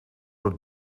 het